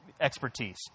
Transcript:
expertise